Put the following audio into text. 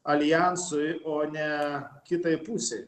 aljansui o ne kitai pusei